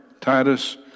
Titus